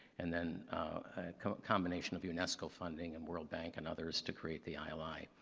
and then a combination of unesco funding and world bank and others to create the ili.